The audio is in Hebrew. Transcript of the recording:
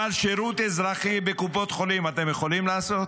אבל שירות אזרחי בקופות חולים אתם יכולים לעשות?